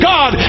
God